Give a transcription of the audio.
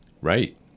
Right